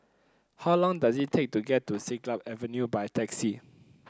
how long does it take to get to Siglap Avenue by taxi